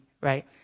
right